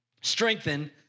Strengthen